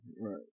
Right